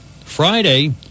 Friday